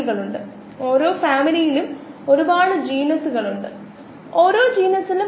നമ്മൾ അത് ആന്തരികമാക്കേണ്ടതുണ്ട് അത് കടന്നുപോകുന്നതുവരെ ഞാൻ ഇത് ആവർത്തിക്കുന്നു